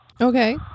Okay